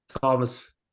Thomas